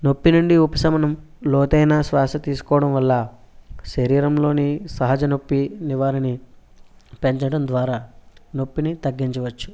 నొప్పి నుండి ఉపశమనం లోతైన శ్వాస తీసుకోవడం వల్ల శరీరంలోని సహజ నొప్పి నివారిణి పెంచడం ద్వారా నొప్పిని తగ్గించవచ్చు